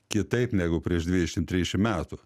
kitaip negu prieš dvidešimt trisdešimt metų